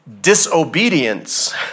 disobedience